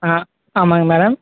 ஆ ஆமாங்க மேடம்